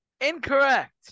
Incorrect